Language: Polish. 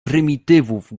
prymitywów